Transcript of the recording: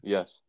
Yes